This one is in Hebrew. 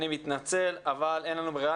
אני מתנצל אבל אין לנו ברירה,